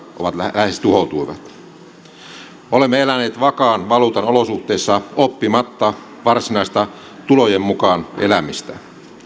ovat lähes tuhoutuneina olemme eläneet vakaan valuutan olosuhteissa oppimatta varsinaista tulojen mukaan elämistä